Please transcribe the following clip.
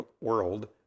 world